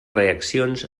reaccions